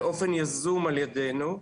באופן יזום על ידינו.